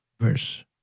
verse